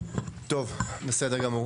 טוב, בסדר גמור.